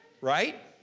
right